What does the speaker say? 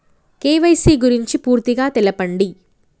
KYC గురించి పూర్తిగా తెలపండి?